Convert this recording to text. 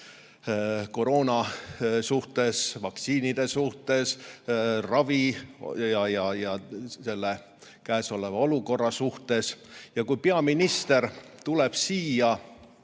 koroona suhtes, vaktsiinide suhtes, ravi ja käesoleva olukorra suhtes. Kui peaminister tuleb siia